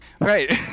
right